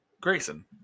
Grayson